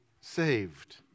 saved